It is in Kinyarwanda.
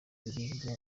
ibiribwa